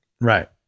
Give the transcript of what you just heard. Right